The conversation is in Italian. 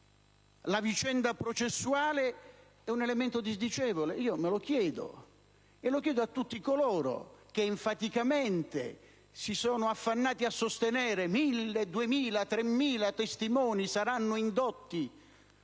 la vicenda processuale è un elemento disdicevole? Me lo chiedo, e lo chiedo a tutti coloro che enfaticamente si sono affannati a sostenere che 1.000, 2.000, 3.000 testimoni saranno indotti